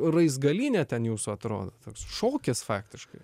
raizgalynė ten jūsų atrodo toks šokis faktiškai